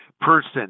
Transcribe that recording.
person